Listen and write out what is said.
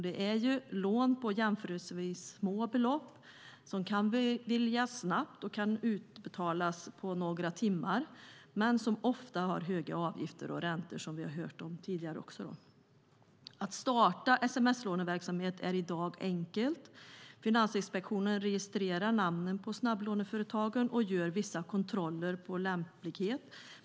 Det är lån på jämförelsevis små belopp som kan beviljas snabbt och som kan betalas ut på några timmar men som ofta har höga avgifter och räntor, vilket vi har hört om tidigare. Att starta sms-låneverksamhet är i dag enkelt. Finansinspektionen registrerar namnen på snabblåneföretagen och gör vissa kontroller i fråga om lämplighet.